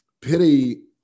pity